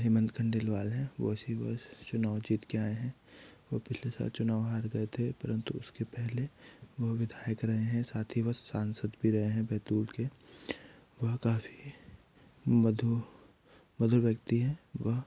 हेमंत खंडेलवाल है वो इसी वर्ष चुनाव जीत के आए हैं वो पिछले साल चुनाव हार गए थे परंतु उसके पहले वह विधायक रहे हैं साथ ही वह सांसद भी रहे हैं बैतूल के वह काफ़ी मधु मधुर व्यक्ति हैं वह